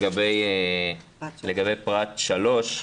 לגבי פרט (3),